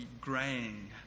graying